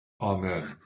Amen